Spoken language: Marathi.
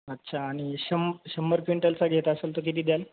अच्छा आणि शं शंभर क्विंटलचा घेत असंल तर किती द्याल